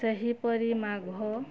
ସେହିପରି ମାଘ